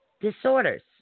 disorders